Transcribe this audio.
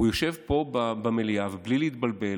והוא יושב פה במליאה, בלי להתבלבל.